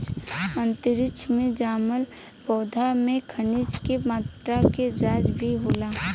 अंतरिक्ष में जामल पौधा में खनिज के मात्रा के जाँच भी होला